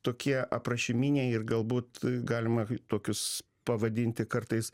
tokie aprašininiai ir galbūt galima tokius pavadinti kartais